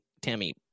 Tammy